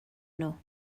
nhw